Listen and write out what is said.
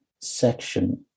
section